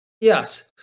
Yes